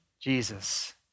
Jesus